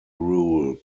rule